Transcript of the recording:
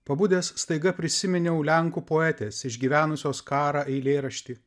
pabudęs staiga prisiminiau lenkų poetės išgyvenusios karą eilėraštį